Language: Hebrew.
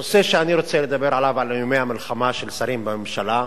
הנושא שאני רוצה לדבר עליו הוא איומי המלחמה של שרים בממשלה,